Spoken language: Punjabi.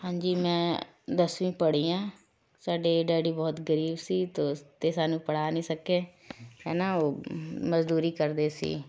ਹਾਂਜੀ ਮੈਂ ਦਸਵੀਂ ਪੜ੍ਹੀ ਹਾਂ ਸਾਡੇ ਡੈਡੀ ਬਹੁਤ ਗਰੀਬ ਸੀ ਤੋ ਅਤੇ ਸਾਨੂੰ ਪੜ੍ਹਾ ਨਹੀਂ ਸਕੇ ਹੈ ਨਾ ਉਹ ਮਜ਼ਦੂਰੀ ਕਰਦੇ ਸੀ